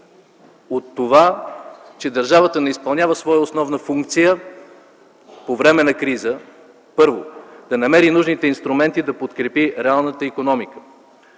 От това, че държавата не изпълнява своя основна функция по време на криза – първо, да намери нужните инструменти да подкрепи реалната икономика,